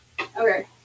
Okay